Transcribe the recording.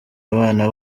abana